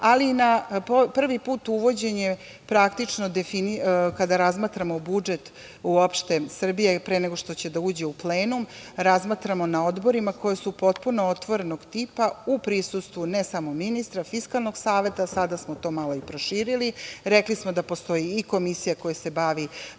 ali prvi put uvođenje praktično, kada razmatramo budžet uopšte Srbije, pre nego što će da uđe u plenum, razmatramo na odborima, koji su potpuno otvorenog tipa, u prisustvu ne samo ministra, Fiskalnog saveta, sada smo to malo i proširili. Rekli smo da postoji i komisija koja se bavi